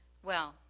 well,